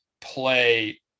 play